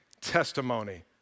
testimony